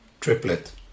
triplet